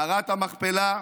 מערכת המכפלה,